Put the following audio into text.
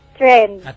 trend